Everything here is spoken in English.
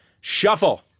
Shuffle